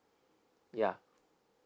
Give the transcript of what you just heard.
ya